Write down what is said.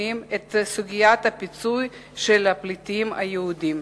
את סוגיית הפיצוי של הפליטים היהודים.